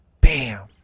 Bam